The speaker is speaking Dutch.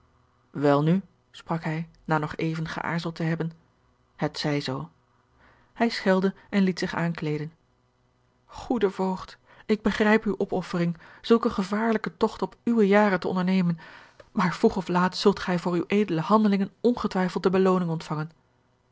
welnu sprak hij na nog even geaarzeld te hebben het zij zoo hij schelde en liet zich aankleeden goede voogd ik begrijp uwe opoffering zulk een gevaarlijken togt op uwe jaren te ondernemen maar vroeg of laat zult gij voor uwe edele handelingen ongetwijfeld de belooning ontvangen